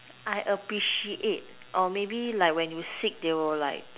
I appreciate or maybe like when you sick they will like